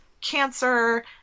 cancer